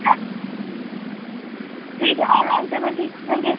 क्या ठीक है ऑनलाइन पेमेंट ही कर देंगे